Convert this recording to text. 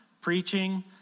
preaching